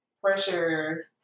pressure